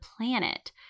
planet